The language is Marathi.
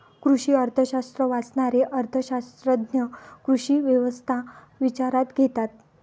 कृषी अर्थशास्त्र वाचणारे अर्थ शास्त्रज्ञ कृषी व्यवस्था विचारात घेतात